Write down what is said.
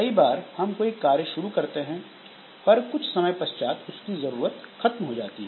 कई बार हम कोई कार्य शुरू करते हैं पर कुछ समय पश्चात उसकी जरूरत खत्म हो जाती है